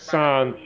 杀